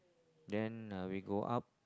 then uh we go up